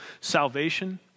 salvation